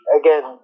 again